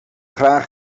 graag